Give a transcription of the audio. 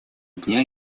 дня